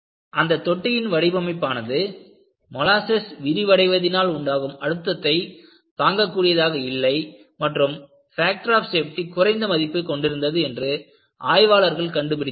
அந்தத் தொட்டியின் வடிவமைப்பானது மொலாசஸ் விரிவடைவதினால் உண்டாகும் அழுத்தத்தை தாங்கக் கூடியதாக இல்லை மற்றும் ஃபேக்டர் ஆப் சேஃப்டி குறைந்த மதிப்பை கொண்டிருந்தது என்று ஆய்வாளர்கள் கண்டுபிடித்தார்கள்